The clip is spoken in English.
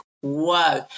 whoa